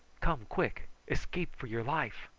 come, quick! escape for your life!